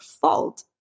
fault